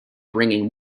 bringing